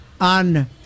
On